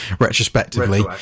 retrospectively